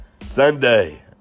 Sunday